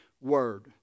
Word